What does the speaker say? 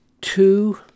two